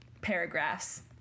paragraphs